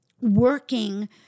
working